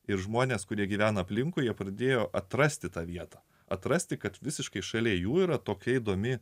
ir žmonės kurie gyvena aplinkui jie pradėjo atrasti tą vietą atrasti kad visiškai šalia jų yra tokia įdomi